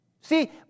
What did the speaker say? See